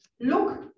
look